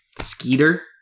Skeeter